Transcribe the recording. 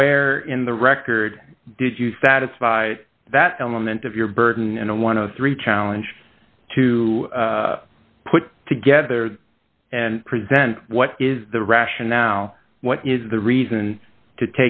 where in the record did you satisfied that element of your burden and one of three challenge to put together and present what is the rationale what is the reason to